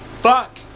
fuck